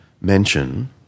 mention